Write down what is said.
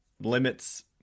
limits